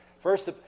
First